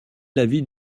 l’avis